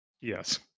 Yes